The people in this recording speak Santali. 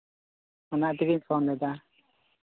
ᱚᱱᱟ ᱛᱮᱜᱮᱧ ᱯᱷᱳᱱ ᱞᱮᱫᱟ